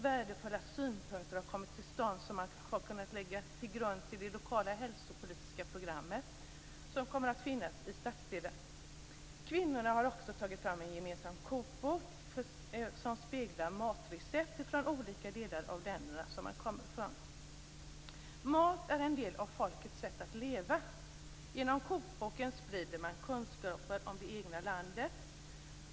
Värdefulla synpunkter har kommit till stånd som ligger till grund för det lokala hälsopolitiska program som kommer att finnas i stadsdelen. Kvinnorna har också tagit fram en gemensam kokbok som speglar matrecept från olika delar av de länder man kommer från. Mat är en del av folkets sätt att leva. Genom kokboken sprider man kunskaper om det egna landet.